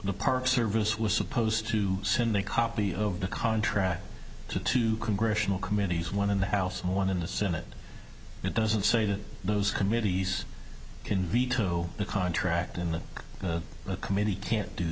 the park service was supposed to send a copy of the contract to two congressional committees one in the house and one in the senate it doesn't say that those committees can veto a tracked in the committee can't do